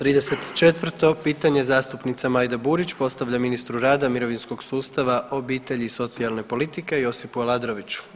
34. pitanje zastupnica Majda Burić postavlja ministru rada, mirovinskog sustava, obitelji i socijalne politike Josipu Aladroviću.